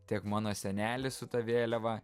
tiek mano senelis su ta vėliava